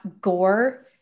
gore